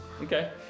Okay